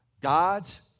God's